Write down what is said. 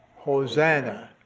hosanna,